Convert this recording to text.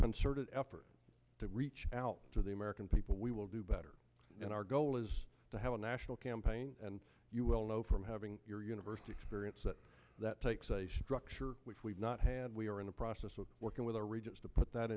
concerted effort to reach out to the american people we will do better and our goal is to have a national campaign and you will know from having your university experience that that takes a structure which we've not had we are in the process of working with our regions to put that